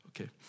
okay